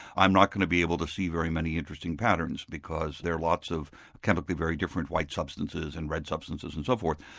i'm not going to be able to see very many interesting patterns because there are lots of chemically very different whites substances and red substances and so forth.